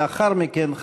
לאחר מכן,